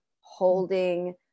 holding